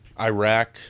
Iraq